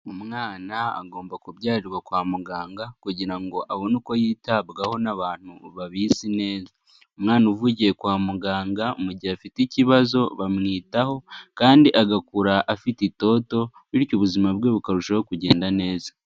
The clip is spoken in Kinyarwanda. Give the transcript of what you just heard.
Umwana agomba kubyarirwa kwa muganga kugira ngo abone uko yitabwaho n'abantu babizi neza, umwana uvukiye kwa muganga mu gihe afite ikibazo bamwitaho kandi agakura afite itodo bityo ubuzima bwe bukarushaho kugenda neza.